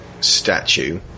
statue